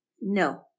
No